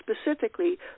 specifically